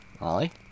Ollie